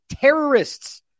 terrorists